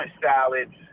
salads